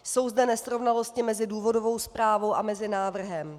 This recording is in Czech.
Jsou zde nesrovnalosti mezi důvodovou zprávou a návrhem.